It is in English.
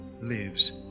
lives